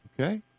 Okay